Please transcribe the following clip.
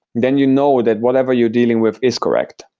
then you know that whatever you're dealing with is correct.